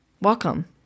welcome